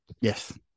Yes